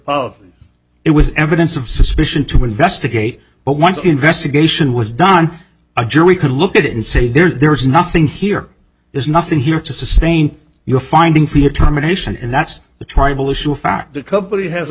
of it was evidence of suspicion to investigate but once the investigation was done a jury could look at it and say there's nothing here there's nothing here to sustain your finding for your time in addition and that's the tribal issue found the company has a